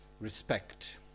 respect